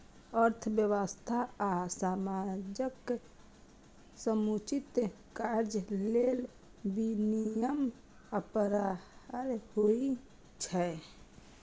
अर्थव्यवस्था आ समाजक समुचित कार्य लेल विनियम अपरिहार्य होइ छै